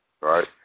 Right